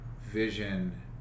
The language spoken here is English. vision